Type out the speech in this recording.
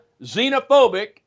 xenophobic